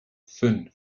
fünf